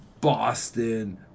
Boston